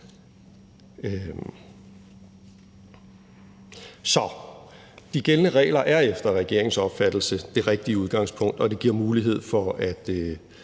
Så de gældende regler er efter regeringens opfattelse det rigtige udgangspunkt, og det giver mulighed for at